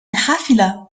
الحافلة